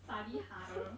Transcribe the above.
study harder